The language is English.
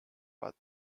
but